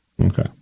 Okay